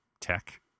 tech